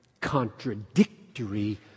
contradictory